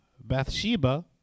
Bathsheba